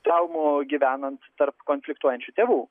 traumų gyvenant tarp konfliktuojančių tėvų